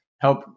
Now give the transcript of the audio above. help